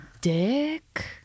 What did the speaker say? Dick